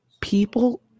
people